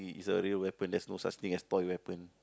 it's a real weapon there's no such thing as toy weapon